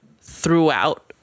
throughout